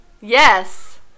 Yes